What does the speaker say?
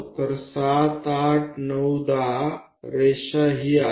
तर 7 8 9 10 रेषा ही आहे